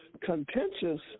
contentious